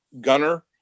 Gunner